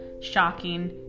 shocking